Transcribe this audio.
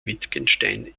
wittgenstein